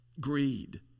greed